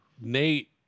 Nate